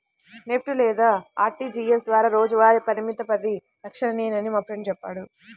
NEFT లేదా RTGS ద్వారా రోజువారీ పరిమితి పది లక్షలేనని మా ఫ్రెండు చెప్పాడు